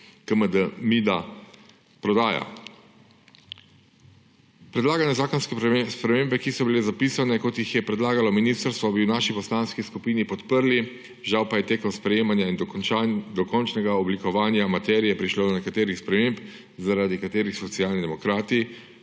KMG-MID prodaja. Predlagane zakonske spremembe, ki so bile zapisane, kot jih je predlagalo ministrstvo, bi v naši poslanski skupini podprli, žal pa je tekom sprejemanja in dokončnega oblikovanja materije prišlo do nekaterih sprememb, zaradi katerih Socialni demokrati